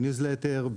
בניוזלטר,